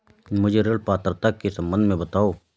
मुझे ऋण पात्रता के सम्बन्ध में बताओ?